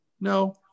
no